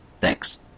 Thanks